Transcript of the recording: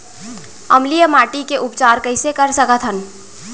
अम्लीय माटी के उपचार कइसे कर सकत हन?